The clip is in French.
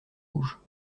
rouges